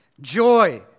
joy